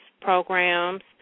programs